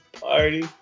party